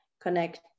connect